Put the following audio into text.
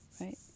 right